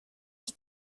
qui